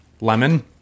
Lemon